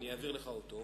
ואני אעביר לך אותו,